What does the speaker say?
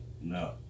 No